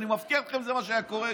אני מבטיח לכם שזה מה שהיה קורה.